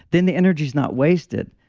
then the energy is not wasted.